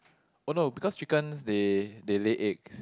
oh no because chickens they they lay eggs